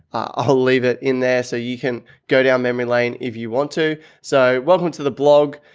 i'll leave it in there so you can go down memory lane if you want to. so one went to the blog,